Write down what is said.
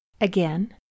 Again